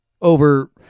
over